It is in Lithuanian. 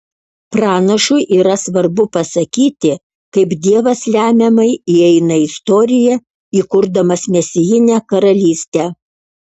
pranašui yra svarbu pasakyti kaip dievas lemiamai įeina į istoriją įkurdamas mesijinę karalystę